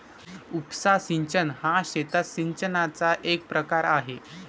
उपसा सिंचन हा शेतात सिंचनाचा एक प्रकार आहे